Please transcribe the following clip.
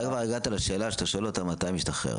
כבר הגעת לשאלה שאתה שואל אותם מתי משתחרר.